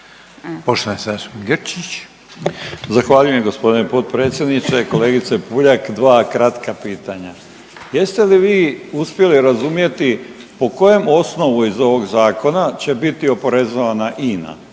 **Grčić, Branko (SDP)** Zahvaljujem g. potpredsjedniče. Kolegice Puljak dva kratka pitanja. Jeste li vi uspjeli razumjeti po kojem osnovu iz ovog zakona će biti oporezovana INA